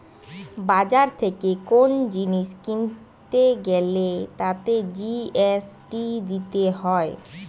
বাজার থেকে কোন জিনিস কিনতে গ্যালে তাতে জি.এস.টি দিতে হয়